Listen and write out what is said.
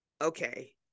okay